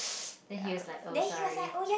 then he has like a saree